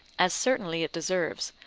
as certainly it deserves,